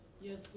Yes